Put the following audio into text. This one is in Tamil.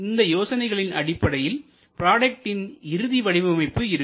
இந்த யோசனைகளின் அடிப்படையில் ப்ராடக்ட்டின் இறுதி வடிவமைப்பு இருக்கும்